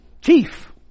Chief